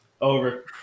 Over